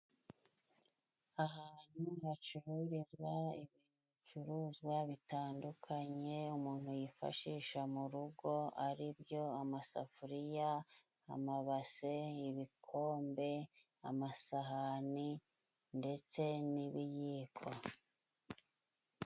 Ahantu hacururizwa ibicuruzwa bitandukanye umuntu yifashisha mu rugo ari byo amasafuriya, amabase, ibikombe, amasahani ndetse n'ibiyiko.